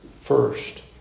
first